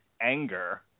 anger